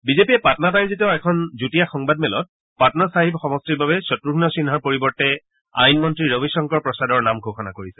বিজেপিয়ে পাটনাত আয়োজিত এখন যুটীয়া সংবাদ মেলত পাটনা চাহিব সমষ্টিৰ বাবে শক্ৰয় সিন্হাৰ পৰিৱৰ্তে আইন মন্ত্ৰী ৰবিশংকৰ প্ৰসাদৰ নাম ঘোষণা কৰিছে